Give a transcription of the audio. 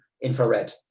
infrared